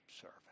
service